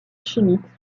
chimique